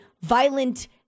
violent